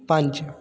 ਪੰਜ